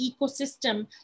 ecosystem